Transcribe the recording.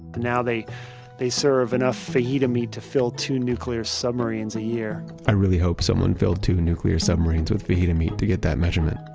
now, they they serve enough fajita meat to fill two nuclear submarines a year i really hope someone filled two nuclear submarines with fajita meat to get that measurement